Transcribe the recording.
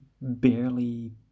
barely